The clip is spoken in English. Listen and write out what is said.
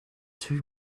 two